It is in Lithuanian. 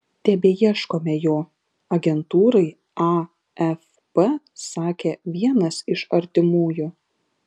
tebeieškome jo agentūrai afp sakė vienas iš artimųjų